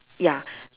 ya